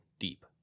deep